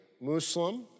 Muslim